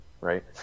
right